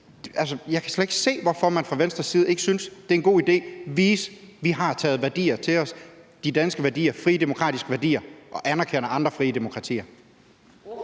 Jeg kan slet ikke se, hvorfor Venstre ikke synes, det er en god idé at vise, at man har taget værdier til sig, de danske værdier, frie, demokratiske værdier, og at man anerkender andre frie demokratier.